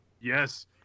Yes